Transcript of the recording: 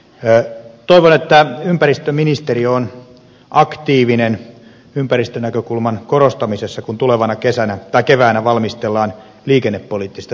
toivon että ympäristöministeriö on aktiivinen ympäristönäkökulman korostamisessa kun tulevana keväänä valmistellaan liikennepoliittista selontekoa